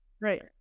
Right